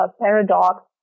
paradox